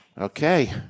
Okay